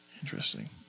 Interesting